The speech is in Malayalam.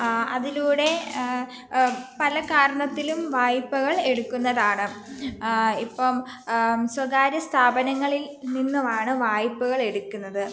അതിലൂടെ പല കാരണത്തിലും വായ്പകൾ എടുക്കുന്നതാണ് ഇപ്പോള് സ്വകാര്യസ്ഥാപനങ്ങളിൽ നിന്നുമാണ് വായ്പകൾ എടുക്കുന്നത്